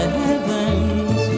heavens